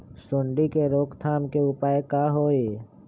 सूंडी के रोक थाम के उपाय का होई?